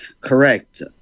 correct